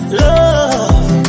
love